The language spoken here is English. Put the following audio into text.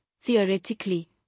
theoretically